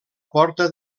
porta